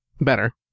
Better